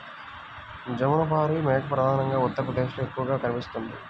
జమునపారి మేక ప్రధానంగా ఉత్తరప్రదేశ్లో ఎక్కువగా కనిపిస్తుంది